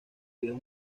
videos